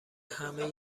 همه